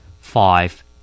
five